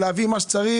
כדי להביא מה שצריך.